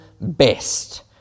best